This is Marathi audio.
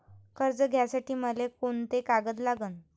कर्ज घ्यासाठी मले कोंते कागद लागन?